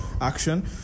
action